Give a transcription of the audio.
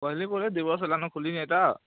କହିଲି ପରା ଦୁଇ ବର୍ଷ ହେଲାନ୍ ଖୋଲିଛି ଏଇଟା